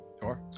Sure